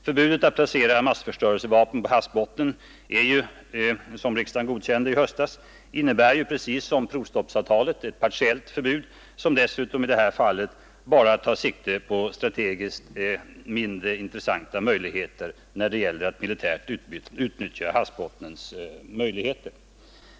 Förbudet mot att placera massförstörelsevapen på havsbottnen, som riksdagen godkände i höstas, innebär precis som provstoppsavtalet ett partiellt förbud, som dessutom i det här fallet bara tar sikte på strategiskt mindre intressanta möjligheter när det gäller havsbottnens militära användning.